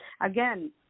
Again